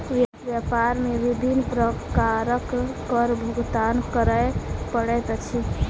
व्यापार मे विभिन्न प्रकारक कर भुगतान करय पड़ैत अछि